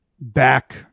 back